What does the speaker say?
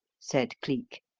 said cleek.